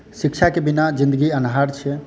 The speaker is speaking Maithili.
शिक्षाके बिना जिंदगी अन्हार छै